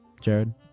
Jared